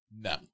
No